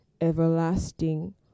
everlasting